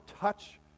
touch